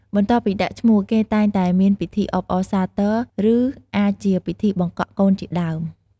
បន្ទាប់ពីដាក់ឈ្មោះ គេតែងតែមានពិធីអបអរសាទរ ឬអាចជាពិធីបង្កក់កូនជាដើម។